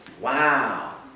Wow